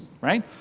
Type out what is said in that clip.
right